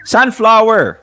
Sunflower